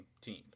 team